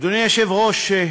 אדוני היושב-ראש,